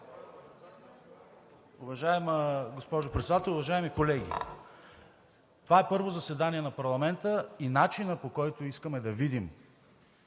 Уважаема госпожо Председател, уважаеми колеги! Това е първо заседание на парламента и начинът, по който искаме да видим